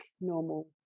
normal